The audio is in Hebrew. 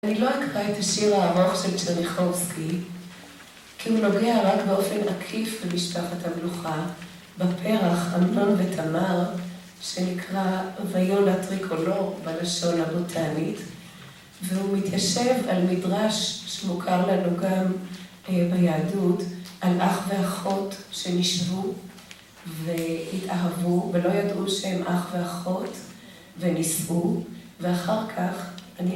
אני לא אקרא את השיר הארוך של צ'רניחורסקי, כי הוא נוגע רק באופן עקיף במשפחת המלוכה, בפרח המלון ותמר, שנקרא ויונה טריקולור בלשון הבוטנית, והוא מתיישב על מדרש שמוכר לנו גם ביהדות, על אח ואחות שנשבו והתאהבו, ולא ידעו שהם אח ואחות, ונישאו, ואחר כך אני